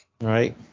Right